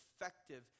effective